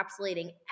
encapsulating